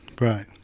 Right